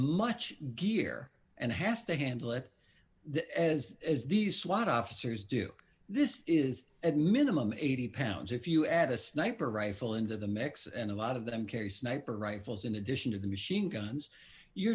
much gear and has to handle it that as these swat officers do this is at minimum eighty pounds if you add a sniper rifle into the mix and a lot of them carry sniper rifles in addition to the machine guns